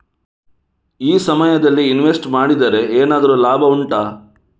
ಈ ಸಮಯದಲ್ಲಿ ಇನ್ವೆಸ್ಟ್ ಮಾಡಿದರೆ ಏನಾದರೂ ಲಾಭ ಉಂಟಾ